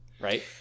right